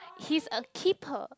he's a keeper